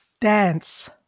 Dance